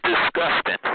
disgusting